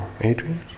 Adrian